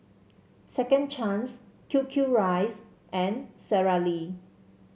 Second Chance Q Q rice and Sara Lee